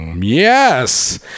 Yes